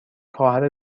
خواهر